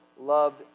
loved